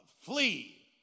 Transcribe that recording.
flee